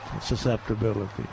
susceptibility